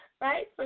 right